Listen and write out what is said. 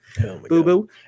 boo-boo